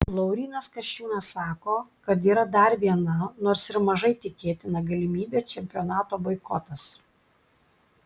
laurynas kasčiūnas sako kad yra dar viena nors ir mažai tikėtina galimybė čempionato boikotas